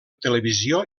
televisió